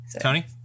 Tony